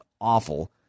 awful